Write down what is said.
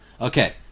Okay